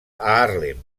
haarlem